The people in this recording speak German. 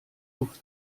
luft